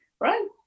right